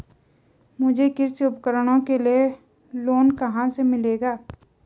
मुझे कृषि उपकरणों के लिए लोन कहाँ से मिलेगा?